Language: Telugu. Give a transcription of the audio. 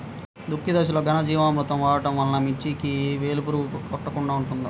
దుక్కి దశలో ఘనజీవామృతం వాడటం వలన మిర్చికి వేలు పురుగు కొట్టకుండా ఉంటుంది?